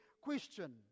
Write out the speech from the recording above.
question